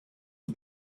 for